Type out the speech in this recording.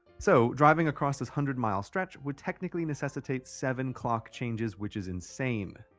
so driving across this hundred-mile stretch would technically necessitate seven clock changes which is insane.